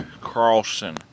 Carlson